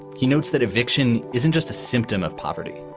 he notes that eviction isn't just a symptom of poverty,